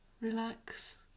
Relax